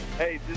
Hey